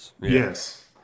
Yes